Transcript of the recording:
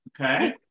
Okay